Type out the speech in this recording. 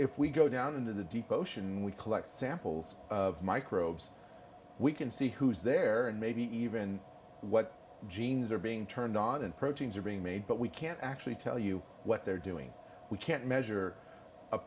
if we go down into the deep ocean we collect samples of microbes we can see who's there and maybe even what genes are being turned on and proteins are being made but we can't actually tell you what they're doing we can't measure u